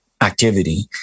activity